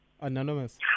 Anonymous